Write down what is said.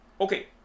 okay